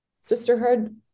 sisterhood